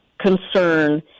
concern